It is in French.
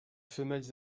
femelles